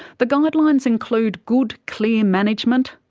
but guidelines include good, clear management,